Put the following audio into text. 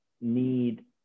need